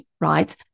right